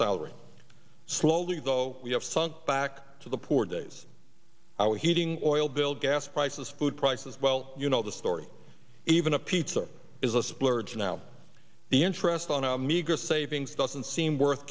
salary slowly though we have sunk back to the poor days our heating oil bill gas prices food prices well you know the story even a pizza is a splurge now the interest on our meager savings doesn't seem worth